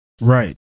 Right